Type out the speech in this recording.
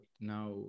now